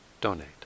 donate